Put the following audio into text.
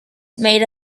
made